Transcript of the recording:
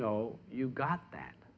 know you got that